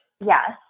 yes